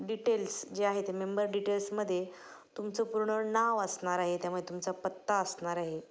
details जे आहे ते मेंबर डिटेल्समध्ये तुमचं पूर्ण नाव असणार आहे त्यामुळे तुमचा पत्ता असणार आहे